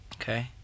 okay